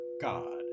God